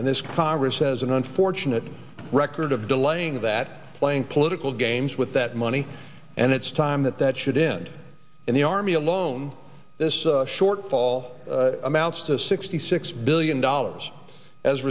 and this congress has an unfortunate record of delaying that playing political games with that money and it's time that that should end and the army alone this shortfall amounts to sixty six billion dollars as a